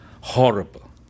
horrible